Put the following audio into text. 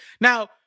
Now